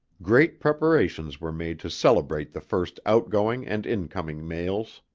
great preparations were made to celebrate the first outgoing and incoming mails.